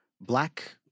black